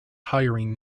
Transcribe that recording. hiring